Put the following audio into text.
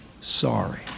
sorry